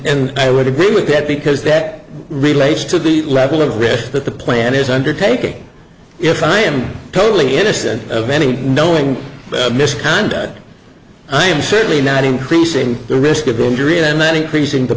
and i would agree with that because that relates to the level of risk that the plan is undertaking if i am totally innocent of any knowing misconduct and i'm certainly not increasing the risk of injury and then increasing the